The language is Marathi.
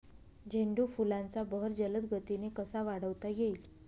झेंडू फुलांचा बहर जलद गतीने कसा वाढवता येईल?